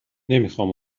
نمیخام